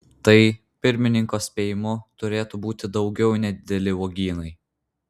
tai pirmininko spėjimu turėtų būti daugiau nedideli uogynai